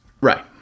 Right